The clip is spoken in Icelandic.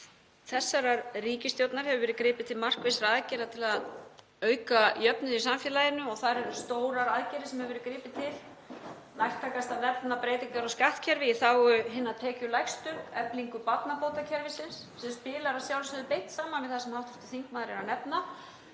þessarar ríkisstjórnar hefur verið gripið til markvissra aðgerða til að auka jöfnuð í samfélaginu og þar eru stórar aðgerðir sem hefur verið gripið til. Nærtækast er að nefna breytingar á skattkerfi í þágu hinna tekjulægstu, eflingu barnabótakerfisins sem spilar að sjálfsögðu beint saman við það sem hv. þingmaður er að nefna.